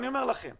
אני אומר לכם,